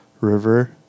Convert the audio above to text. river